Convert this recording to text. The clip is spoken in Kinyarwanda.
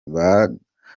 bagaragara